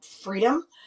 freedom